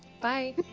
Bye